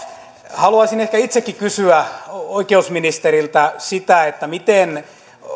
haluaisin ehkä itsekin kysyä oikeusministeriltä miten